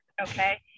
okay